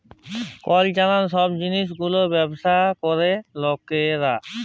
cultural সব জিলিস গুলার ব্যবসা ক্যরে লকরা